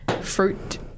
fruit